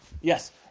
Yes